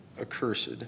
accursed